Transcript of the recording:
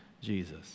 Jesus